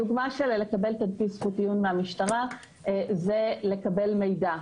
הדוגמה של לקבל תדפיס מהמשטרה זה לקבל מידע.